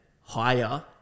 higher